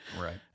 Right